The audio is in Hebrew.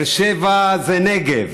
באר שבע זה נגב,